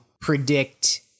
predict